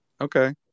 Okay